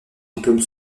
diplôme